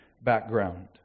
background